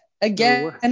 again